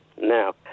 Now